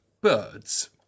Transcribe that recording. birds